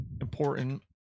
important